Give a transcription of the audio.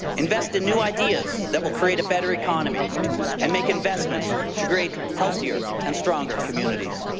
invest in new ideas that will create a better economy and make investments to create healthier and stronger communities.